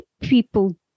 people